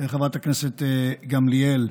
חברת הכנסת גמליאל.